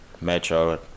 Metro